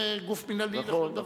כמו הכנסת, היא גוף מינהלי לכל דבר.